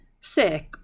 sick